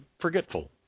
forgetful